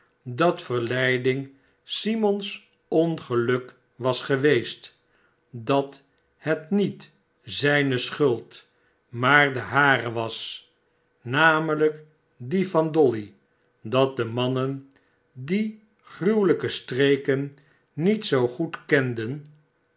dat verleiding simon's ongeluk was geweest dat het niet zijne schuld maar de hare was namelijk die van dolly dat de mannen die gruwelijke streken niet zoo goed kenden